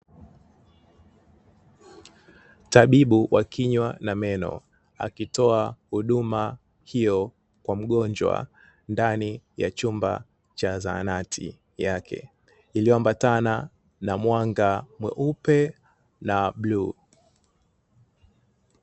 Tabibu wa kinywa na meno, akitoa huduma hiyo kwa mgonjwa ndani ya chumba cha zahanati yake, iliyoambatana na mwanga mweupe na bluu.